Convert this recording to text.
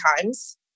times